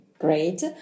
Great